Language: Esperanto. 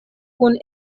kun